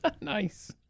Nice